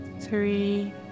three